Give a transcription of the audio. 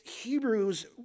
Hebrew's